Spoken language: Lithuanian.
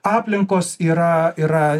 aplinkos yra yra